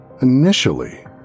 Initially